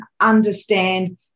understand